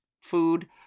food